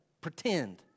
Pretend